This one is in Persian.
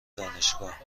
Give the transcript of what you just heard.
دانشگاهمی